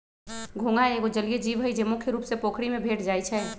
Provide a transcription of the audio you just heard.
घोंघा एगो जलिये जीव हइ, जे मुख्य रुप से पोखरि में भेंट जाइ छै